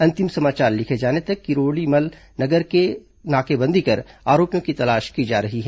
अंतिम समाचार लिखे जाने तक किरोड़ीमल नगर की नाकेबंदी कर आरोपियों की तलाश की जा रही है